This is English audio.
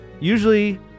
Usually